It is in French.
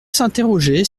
s’interroger